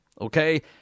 okay